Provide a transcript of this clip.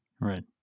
right